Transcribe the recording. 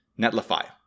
Netlify